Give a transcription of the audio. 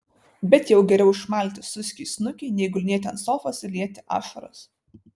bet jau geriau išmalti suskiui snukį nei gulinėti ant sofos ir lieti ašaras